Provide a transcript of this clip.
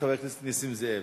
חבר הכנסת נסים זאב,